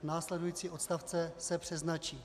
Následující odstavce se přeznačí.